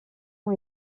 ont